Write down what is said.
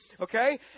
Okay